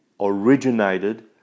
originated